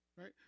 Right